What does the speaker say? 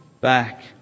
back